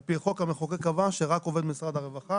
על פי חוק המחוקק קבע שרק עובד משרד הרווחה